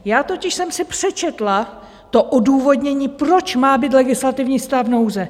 Já totiž jsem si přečetla to odůvodnění, proč má být legislativní stav nouze.